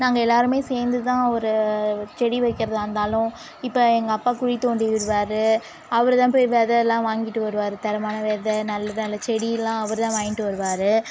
நாங்கள் எல்லோருமே சேர்ந்து தான் ஒரு செடி வைக்கிறதா இருந்தாலும் இப்போ எங்கள் அப்பா குழி தோண்டி விடுவார் அவர் தான் போய் வெதைலாம் வாங்கிட்டு வருவார் தரமான வெதை நல்ல நல்ல செடியெலாம் அவர் தான் வாங்கிட்டு வருவார்